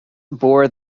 bore